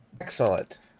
Excellent